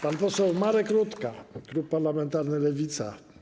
Pan poseł Marek Rutka, klub parlamentarny Lewica.